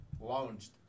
launched